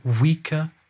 weaker